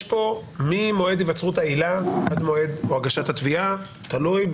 יש כאן ממועד היווצרות העילה או הגשת התביעה - תלוי,